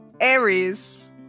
Aries